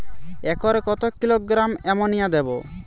একরে কত kilogram ammonia দেবো?